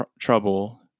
trouble